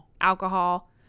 alcohol